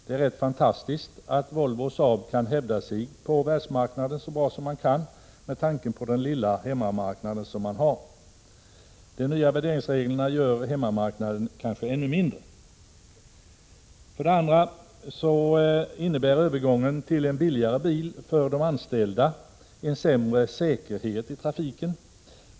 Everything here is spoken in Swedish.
Det är rätt fantastiskt att Volvo och Saab kan hävda sig så bra på världsmarknaden med tanke på den lilla hemmamarknaden. De nya värderingsreglerna gör hemmamarknaden ännu mindre. För det andra medför övergången till en billigare bil sämre säkerhet för de anställda i trafiken.